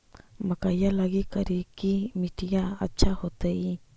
मकईया लगी करिकी मिट्टियां अच्छा होतई